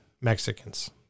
Mexicans